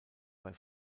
bei